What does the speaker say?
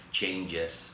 changes